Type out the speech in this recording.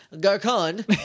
Garcon